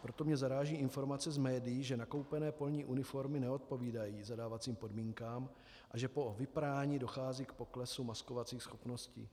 Proto mě zaráží informace z médií, že nakoupené polní uniformy neodpovídají zadávacím podmínkám a že po vyprání dochází k poklesu maskovacích schopností.